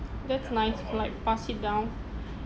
the clients like pass it down